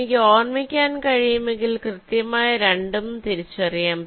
എനിക്ക് ഓർമ്മിക്കാൻ കഴിയുമെങ്കിൽ കൃത്യമായി രണ്ടും തിരിച്ചറിയാം